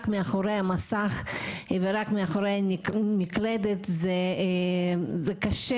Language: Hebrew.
מאחרי המסך ורק מאחרי מקלדת זה קשה,